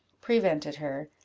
prevented her,